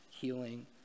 healing